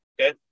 Okay